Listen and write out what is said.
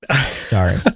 sorry